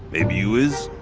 maybe you is.